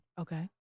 Okay